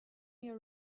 your